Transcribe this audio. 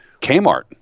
Kmart